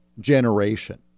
generation